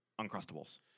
Uncrustables